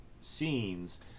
scenes